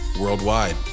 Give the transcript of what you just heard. worldwide